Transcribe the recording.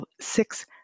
six